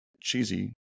cheesy